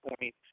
point